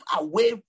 away